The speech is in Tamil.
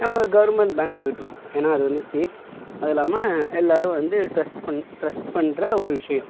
நம்ம கவுர்மெண்ட் பேங்க்ஸ் விட்ருவோம் ஏன்னா அது வந்து சேஃப் அதுவும் இல்லாமல் எல்லோரும் வந்து ட்ரஸ்ட் ட்ரஸ்ட் பண்ணுற ஒரு விஷயம்